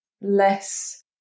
less